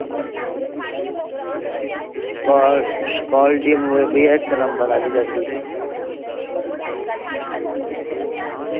quality भइया इक्क number आह्ली चाहिदी